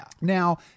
Now